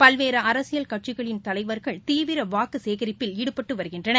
பல்வேறுஅரசியல் கட்சிகளின் தலைவர்கள் தீவிரவாக்குச் சேகரிப்பில் ஈடுபட்டுவருகின்றனர்